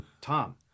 Tom